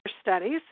studies